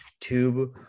tube